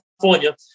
California